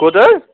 کوتاہ حظ